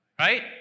Right